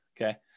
okay